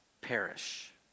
perish